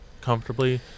comfortably